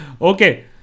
Okay